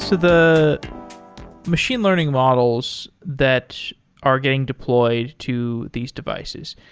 the machine learning models that are getting deployed to these devices,